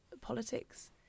Politics